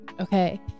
Okay